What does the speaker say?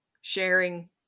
sharing